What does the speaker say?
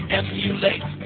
emulate